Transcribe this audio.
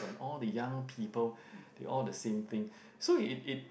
and all the young people they all the same thing so it it